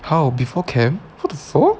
how before camp what the